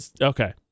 Okay